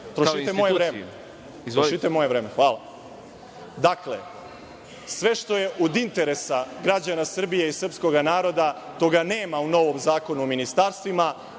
**Boško Obradović** Hvala. Dakle, sve što je od interesa građana Srbije i srpskog naroda, toga nema u novom Zakonu o ministarstvima,